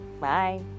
Bye